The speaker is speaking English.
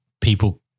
people